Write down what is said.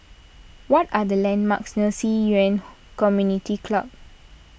what are the landmarks near Ci Yuan Community Club